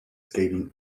skating